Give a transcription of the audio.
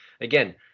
Again